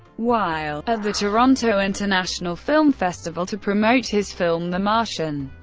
while at the toronto international film festival to promote his film the martian,